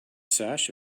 sash